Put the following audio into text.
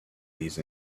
these